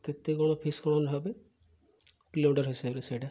କେତେ କ'ଣ ଫିସ୍ କ'ଣ ହେବେ କିଲୋମିଟର୍ ହିସାବରେ ସେଇଟା